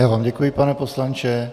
Já vám děkuji, pane poslanče.